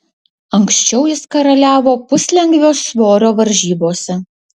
anksčiau jis karaliavo puslengvio svorio varžybose